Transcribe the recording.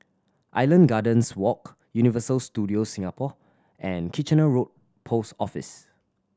Island Gardens Walk Universal Studios Singapore and Kitchener Road Post Office